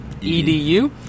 E-D-U